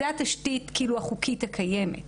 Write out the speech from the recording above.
זו התשתית החוקית הקיימת.